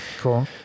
Cool